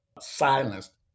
silenced